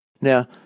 Now